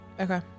Okay